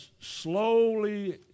slowly